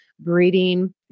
breeding